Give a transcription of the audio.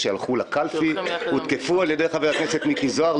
שהולכים לקלפי הותקפו על ידי חבר הכנסת מיקי זוהר.